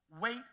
wait